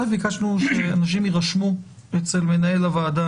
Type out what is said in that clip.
ביקשנו שאנשים ירשמו אצל מנהל הוועדה,